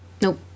Nope